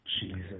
Jesus